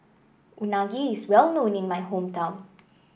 Unagi is well known in my hometown